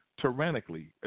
tyrannically